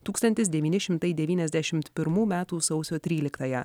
tūkstantis devyni šimtai devyniasdešimt pirmų metų sausio tryliktąją